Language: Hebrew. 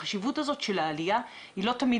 החשיבות הזאת של העלייה היא לא תמיד